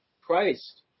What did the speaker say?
Christ